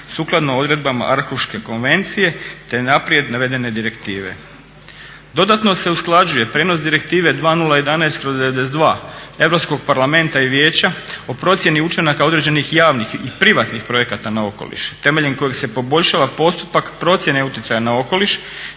sukladno odredbama Arhuške konvencije te naprijed navedene direktive. Dodatno se usklađuje prijenos direktive 2011/92 Europskog parlamenta i Vijeća o procjeni učinaka određenih javnih i privatnih projekata na okoliš temeljem kojeg se poboljšava postupak procjene utjecaja na okoliš,